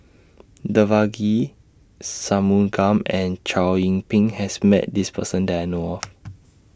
Devagi Sanmugam and Chow Yian Ping has Met This Person that I know of